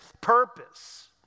purpose